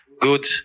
good